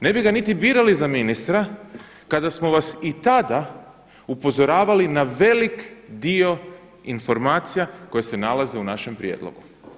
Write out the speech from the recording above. Ne bi ga niti birali za ministra kada smo vas i tada upozoravali da velik dio informacija koje se nalaze u našem prijedlogu.